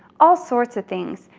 all sorts of things.